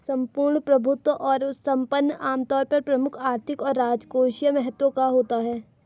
सम्पूर्ण प्रभुत्व संपन्न आमतौर पर प्रमुख आर्थिक और राजकोषीय महत्व का होता है